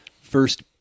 first